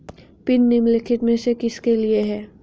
Pin निम्नलिखित में से किसके लिए है?